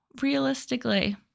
realistically